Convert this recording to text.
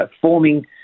forming